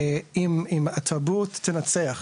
אם התרבות תנצח,